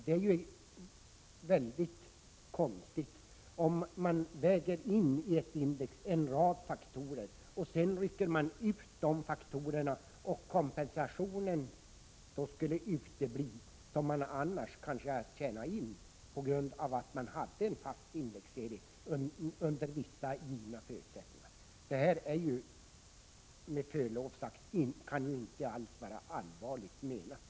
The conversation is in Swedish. Det är väldigt konstigt om man först väger in en rad faktorer och sedan rycker ut dessa, med tanke på den kompensation som då uteblir men som man egentligen har tjänat in genom att ha enfast indexering under vissa givna förutsättningar. Detta kan ju, med förlov sagt, inte alls vara allvarligt menat.